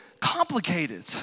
complicated